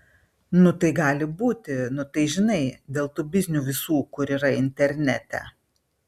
nu tai gali būti nu tai žinai dėl tų biznių visų kur yra internete